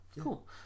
Cool